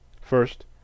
First